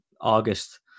August